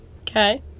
Okay